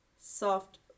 soft